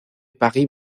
paris